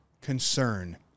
concern